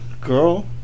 girl